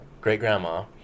great-grandma